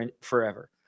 forever